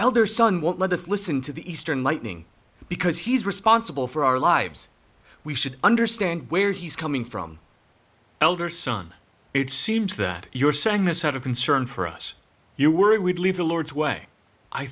elder son won't let us listen to the eastern lightning because he's responsible for our lives we should understand where he's coming from elder son it seems that you're saying this out of concern for us you worry we believe the lord's way i